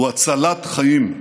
הוא הצלת חיים.